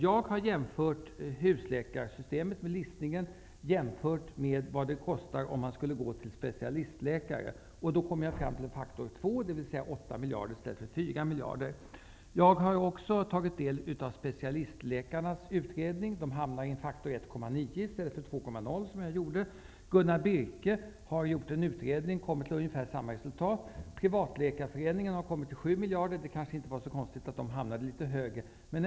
Jag har jämfört husläkarsystemet, med listningen av patienter, med vad det kostar om man skulle gå till specialistläkare. Då kom jag fram till faktor 2, dvs. 8 miljarder i stället för 4 miljarder. Jag har också tagit del av specialistläkarnas utredning. De hamnar i faktor 1,9 i stället för 2,0, som jag gjorde. Gunnar Birke har gjort en utredning och kommer fram till ungefär samma resultat. Privatläkarföreningen har kommit fram till 7 miljarder. Det kanske inte var så konstigt att de hamnade litet högre.